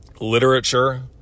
Literature